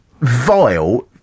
vile